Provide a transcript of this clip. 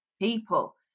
people